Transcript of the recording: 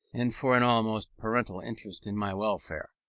and for an almost parental interest in my welfare.